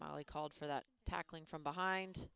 molly called for the tackling from behind